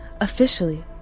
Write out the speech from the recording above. officially